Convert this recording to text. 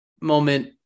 moment